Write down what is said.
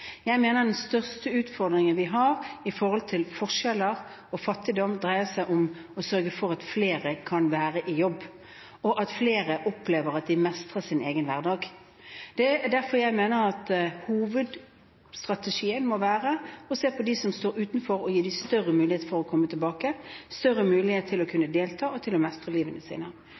Jeg mener at den største utfordringen vi har med hensyn til forskjeller og fattigdom, dreier seg om å sørge for at flere kan være i jobb, og at flere opplever at de mestrer sin egen hverdag. Det er derfor jeg mener at hovedstrategien må være å se på dem som står utenfor, og gi dem større mulighet til å komme tilbake, større mulighet til å kunne delta og til å mestre livene sine.